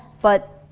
but,